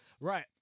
Right